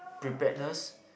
preparedness